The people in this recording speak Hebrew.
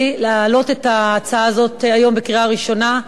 להעלות את ההצעה הזאת היום לקריאה ראשונה,